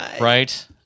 right